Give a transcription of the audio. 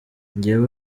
njyewe